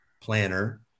planner